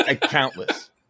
Countless